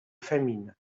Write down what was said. famine